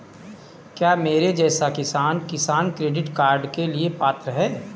क्या मेरे जैसा किसान किसान क्रेडिट कार्ड के लिए पात्र है?